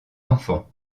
enfants